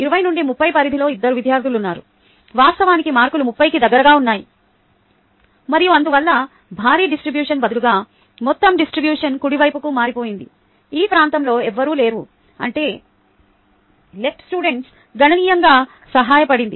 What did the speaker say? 20 నుండి 30 పరిధిలో ఇద్దరు విద్యార్థులు ఉన్నారు వాస్తవానికి మార్కులు 30 కి దగ్గరగా ఉన్నాయి మరియు అందువల్ల భారీ డిస్ట్రిబ్యూషన్ బదులుగా మొత్తం డిస్ట్రిబ్యూషన్ కుడి వైపుకు మారిపోయింది ఈ ప్రాంతంలో ఎవ్వరూ లేరు అంటే LS గణనీయంగా సహాయపడింది